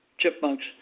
chipmunks